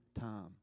time